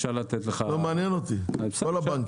מעניין אותי, בכל הבנקים.